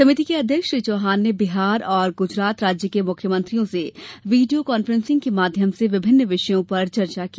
समिति के अध्यक्ष श्री चौहान ने बिहार और गुजरात राज्य के मुख्यमंत्रियों से वीडियो कांफ्रेसिंग के माध्यम से विभिन्न विषयों पर चर्चा की